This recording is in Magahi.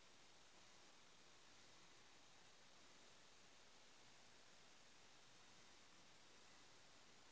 क्रेडिट कार्ड खोये जाले पर ब्लॉक कुंसम करे करूम?